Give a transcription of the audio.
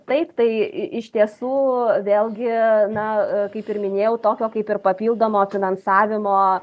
taip tai iš tiesų vėlgi na kaip ir minėjau tokio kaip ir papildomo finansavimo